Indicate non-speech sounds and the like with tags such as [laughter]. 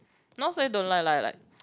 not say don't like lah like [noise]